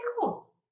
cool